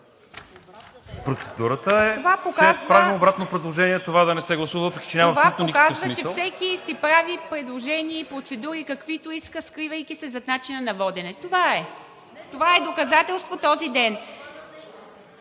Процедурата е, че правим обратно предложение това да не се гласува, въпреки че няма абсолютно никакъв смисъл. ПРЕДСЕДАТЕЛ ИВА МИТЕВА: Това показва, че всеки си прави предложения и процедури, каквито иска, скривайки се зад начина на водене – това е. Това е доказателство този ден.